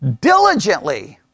diligently